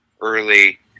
early